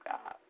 God